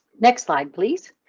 next slide, please.